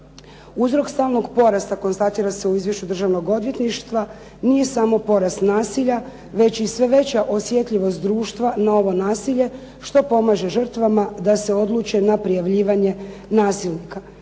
Uzrok stalnog porasta konstatira se u izvješću državnog odvjetništva nije samo porast nasilja, već i sve veća osjetljivost društva na ovo nasilje, što pomaže žrtvama da se odluče na prijavljivanje nasilnika.